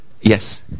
yes